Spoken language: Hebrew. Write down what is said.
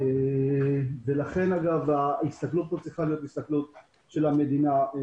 לכן ההסתכלות צריכה להיות כוללת של המדינה.